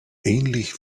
ähnlich